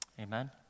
Amen